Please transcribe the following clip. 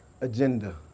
agenda